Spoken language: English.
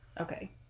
Okay